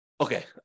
Okay